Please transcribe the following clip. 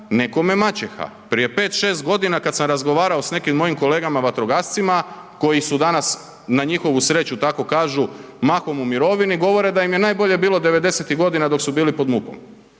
nekome maćeha. Prije 5-6.g. kad sam razgovarao s nekim mojim kolegama vatrogascima koji su danas, na njihovu sreću tako kažu, mahom u mirovini, govore da im je najbolje bilo '90.-tih godina dok su bili pod MUP-om,